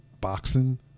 boxing